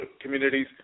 communities